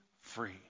free